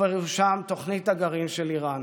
ובראשם תוכנית הגרעין של איראן.